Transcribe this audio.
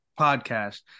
Podcast